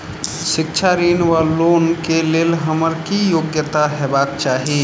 शिक्षा ऋण वा लोन केँ लेल हम्मर की योग्यता हेबाक चाहि?